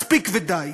מספיק ודי,